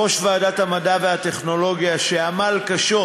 ראש ועדת המדע והטכנולוגיה שעמל קשות,